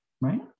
right